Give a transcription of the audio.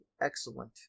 excellent